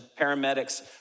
Paramedics